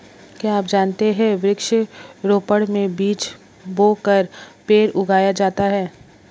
क्या आप जानते है वृक्ष रोपड़ में बीज बोकर पेड़ उगाया जाता है